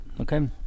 okay